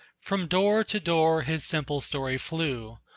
from door to door his simple story flew,